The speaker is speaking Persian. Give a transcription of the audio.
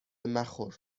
مخور